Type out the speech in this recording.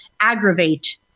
aggravate